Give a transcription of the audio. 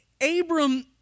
Abram